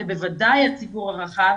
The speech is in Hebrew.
ובוודאי הציבור הרחב